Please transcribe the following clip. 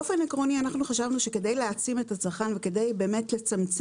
באופן עקרוני אנחנו חשבנו שכדי להעצים את הצרכן וכדי לצמצם